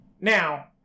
Now